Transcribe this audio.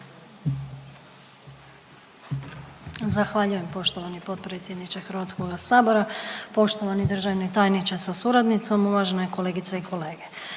Hvala lijepo poštovani potpredsjedniče iz Hrvatskog sabora, uvaženi državni tajniče sa suradnikom, poštovane kolegice i kolege.